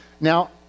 Now